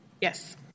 Yes